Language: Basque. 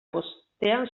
bostean